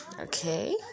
Okay